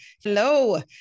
Hello